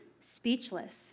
speechless